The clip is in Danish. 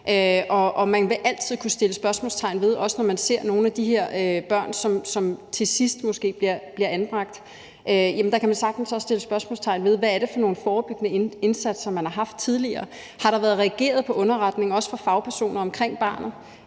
man vil altid kunne stille spørgsmål om – også når man ser nogle af de her børn, som til sidst måske bliver anbragt – hvad det er for nogle forebyggende indsatser, man har haft tidligere. Har der været reageret på underretninger, også fra fagpersoner, om barnet?